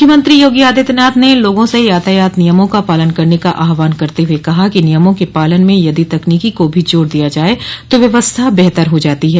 मुख्यमंत्री यागी आदित्यनाथ ने लोगों से यातायात नियमों का पालन करने का आह्वान करते हुए कहा है कि नियमों के पालन में यदि तकनीकी को भी जोड़ दिया जाये तो व्यवस्था बेहतर हो जाती है